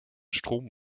strom